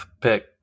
pick